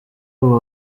abo